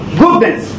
goodness